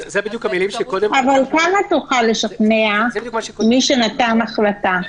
אלה בדיוק המילים שקודם --- אבל כמה תוכל לשכנע את מי שנתן החלטה?